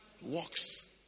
walks